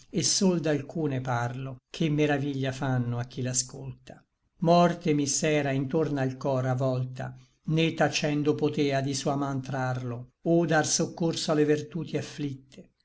et sol d'alcune parlo che meraviglia fanno a chi l'ascolta morte mi s'era intorno al cor avolta né tacendo potea di sua man trarlo o dar soccorso a le vertuti afflitte